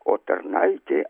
o tarnaitė